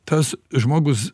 tas žmogus